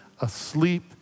asleep